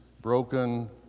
broken